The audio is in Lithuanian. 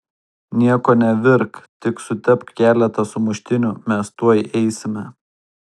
nieko nevirk tik sutepk keletą sumuštinių mes tuoj eisime